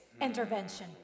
intervention